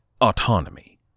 autonomy